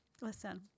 Listen